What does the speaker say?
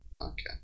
Okay